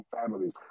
families